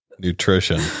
nutrition